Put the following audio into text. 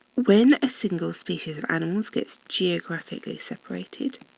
when a single species of animals gets geographically separated,